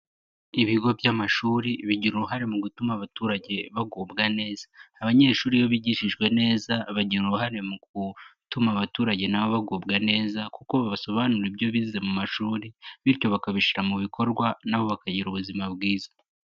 Ibigo by'amashuri bigira uruhare mu gutuma abaturage bagubwa neza, abanyeshuri iyo bigishijwe neza bagira uruhare mu gutuma abaturage na bo bagubwa neza kuko babasobanurira ibyo bize mu mashuri, bityo bakabishyira mu bikorwa na bo bakagira ubuzima bwiza.